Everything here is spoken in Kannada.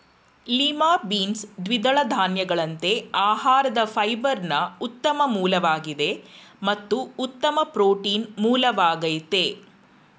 ಲಿಮಾ ಬೀನ್ಸ್ ದ್ವಿದಳ ಧಾನ್ಯಗಳಂತೆ ಆಹಾರದ ಫೈಬರ್ನ ಉತ್ತಮ ಮೂಲವಾಗಿದೆ ಮತ್ತು ಉತ್ತಮ ಪ್ರೋಟೀನ್ ಮೂಲವಾಗಯ್ತೆ